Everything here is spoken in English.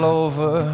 over